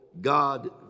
God